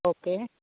okay